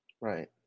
right